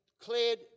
cleared